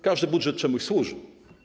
Każdy budżet czemuś służy.